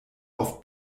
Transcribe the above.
auf